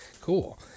cool